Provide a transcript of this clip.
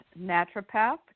naturopath